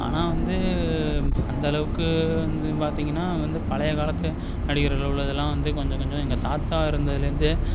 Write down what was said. ஆனால் வந்து அந்தளவுக்கு வந்து பார்த்தீங்கன்னா வந்து பழைய காலத்து நடிகர்கள் உள்ளதெலாம் வந்து கொஞ்சம் கொஞ்சம் எங்கள் தாத்தா இருந்ததுலேருந்தே